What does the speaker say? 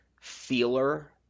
feeler